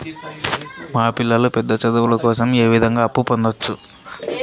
మా పిల్లలు పెద్ద చదువులు కోసం ఏ విధంగా అప్పు పొందొచ్చు?